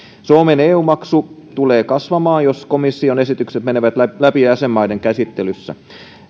suomen eu maksu tulee kasvamaan jos komission esitykset menevät läpi jäsenmaiden käsittelyssä